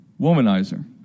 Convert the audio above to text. womanizer